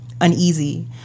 uneasy